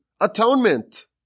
atonement